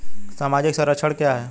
सामाजिक संरक्षण क्या है?